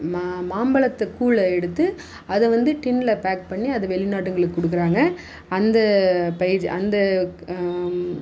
மா மாம்பழத்து கூழை எடுத்து அதை வந்து டின்னில் பேக் பண்ணி அது வெளிநாடுகளுக்கு கொடுக்குறாங்க அந்த பயிர் அந்த